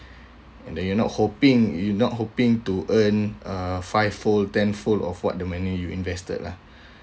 and then you're not hoping you not hoping to earn uh five fold ten fold of what the money you invested lah